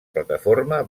plataforma